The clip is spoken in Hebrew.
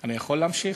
אני יכול להמשיך?